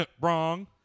Wrong